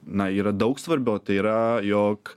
na yra daug svarbiau tai yra jog